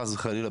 חס וחלילה,